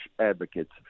advocates